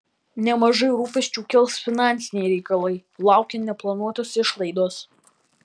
nemažai rūpesčių kels finansiniai reikalai laukia neplanuotos išlaidos